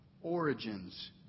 origins